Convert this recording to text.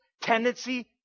tendency